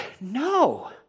no